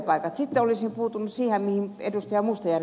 sitten olisin puuttunut siihen mihin ed